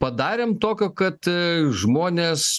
padarėm tokio kad žmonės